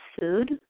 food